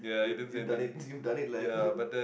you you done it you've done it lad